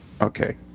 Okay